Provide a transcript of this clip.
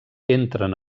entren